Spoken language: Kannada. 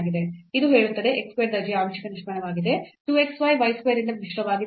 ಇದು ಹೇಳುತ್ತದೆ x square ದರ್ಜೆಯ ಆಂಶಿಕ ನಿಷ್ಪನ್ನವಾಗಿದೆ 2 x y y square ಇಂದ ಮಿಶ್ರಿತವಾಗಿದೆ